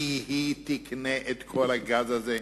שהיא תקנה את כל הגז הזה,